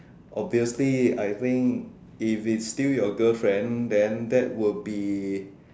obviously I think if you spill your girlfriend then that would be